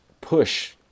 push